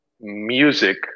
music